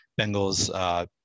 Bengals